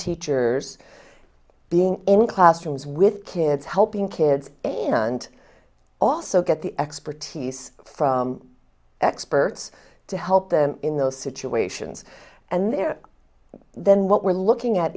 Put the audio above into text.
teachers being in classrooms with kids helping kids and also get the expertise from experts to help them in those situations and there then what we're looking at